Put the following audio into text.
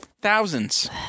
thousands